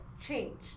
change